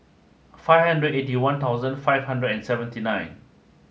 five hundred eighty one thousand five hundred and seventy nine